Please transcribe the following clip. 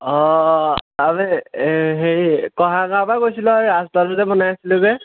অঁ আমি এই হেৰি কঁহাৰ গাঁৱৰপৰা কৈছিলোঁ আৰু এই ৰাস্তাটো যে বনাই আছিলে যে